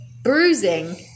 Bruising